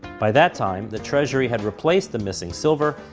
by that time, the treasury had replaced the missing silver,